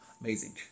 amazing